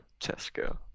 Tesco